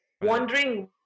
wondering